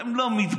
אתם לא מתביישים?